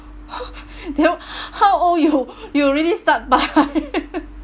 then how old you you really start buy